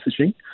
messaging